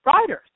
riders